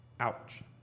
Ouch